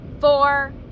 four